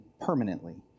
permanently